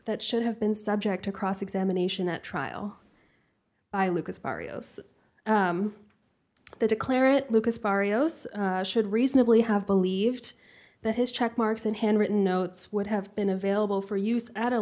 that should have been subject to cross examination at trial by lucas barrios the declarer at lucas barrios should reasonably have believed that his check marks and handwritten notes would have been available for use at a